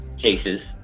cases